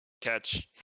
catch